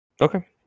Okay